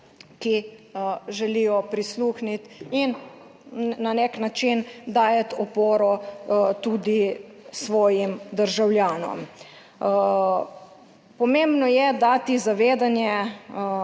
ki želijo prisluhniti in na nek način dajati oporo tudi svojim državljanom. Pomembno je dati zavedanje